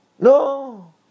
No